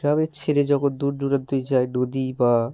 গ্রামের ছেলে যখন দূর দূরান্তে যায় নদী বা